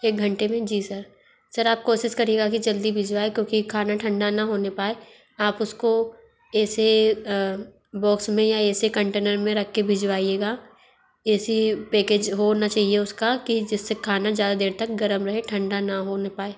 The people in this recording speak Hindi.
एक घण्टे में जी सर सर आप कोशिश करिएगा कि जल्दी भिजवाए क्योंकि खाना ठंडा ना होने पाए आप उसको ऐसे बॉक्स में या ऐसे कंटेनर में रख के भिजवाइएगा ऐसे पेकेज होना चाहिए उसका कि जिससे खाना ज़्यादा देर तक गर्म रहे ठंडा ना होने पाए